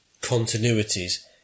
continuities